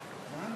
רבותי השרים,